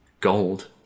gold